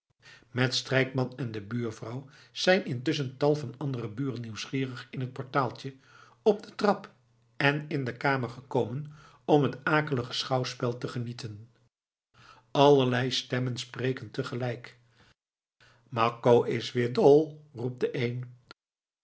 met strijkman en de buurvrouw zijn intusschen tal van andere buren nieuwsgierig in het portaaltje op de trap en in de kamer gekomen om het akelige schouwspel te genieten allerlei stemmen spreken te gelijk makko is weer dol roept de één